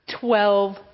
Twelve